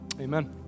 Amen